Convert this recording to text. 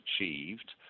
achieved